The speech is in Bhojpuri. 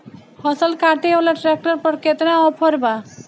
फसल काटे वाला ट्रैक्टर पर केतना ऑफर बा?